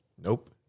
Nope